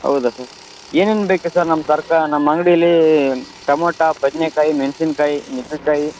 ಹೌದಾ ಸರ್ ಏನೇನು ಬೇಕಿತ್ತು ಸರ್ ನಮ್ಮ ತರ್ಕ ನಮ್ಮ ಅಂಗಡಿಲಿ ಟೊಮೋಟ ಬದ್ನೆಕಾಯಿ ಮೆಣ್ಸಿನ್ಕಾಯಿ ನುಗ್ಗೆ ಕಾಯಿ